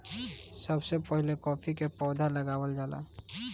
सबसे पहिले काफी के पौधा लगावल जाला